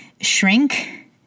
shrink